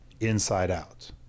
inside-out